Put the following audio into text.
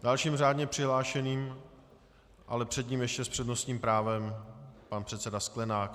Dalším řádně přihlášeným... ale před ním ještě s přednostním právem pan předseda Sklenák.